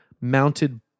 mounted